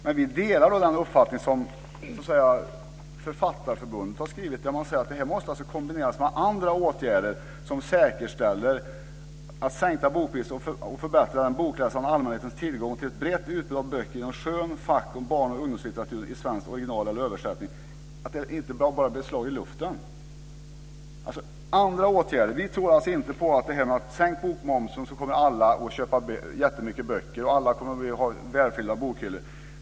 Men vi delar den uppfattning som Författarförbundet fört fram: Det här måste kombineras med andra åtgärder som säkerställer att sänkta bokpriser och förbättrande av den bokläsande allmänhetens tillgång till ett brett utbud av böcker inom skön-, fack och barn och ungdomslitteratur i svenskt original eller i översättning inte bara blir ett slag i luften. Det måste till andra åtgärder! Vi tror inte på att med sänkt bokmoms kommer alla att köpa jättemycket böcker och ha välfyllda bokhyllor.